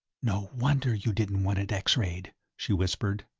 no wonder you didn't want it x-rayed, she whispered.